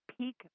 peak